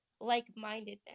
like-mindedness